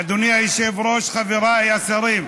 אדוני היושב-ראש, חבריי השרים,